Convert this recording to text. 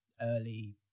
early